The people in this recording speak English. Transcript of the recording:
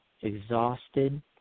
exhausted